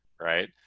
right